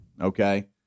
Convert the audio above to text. Okay